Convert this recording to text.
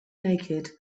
naked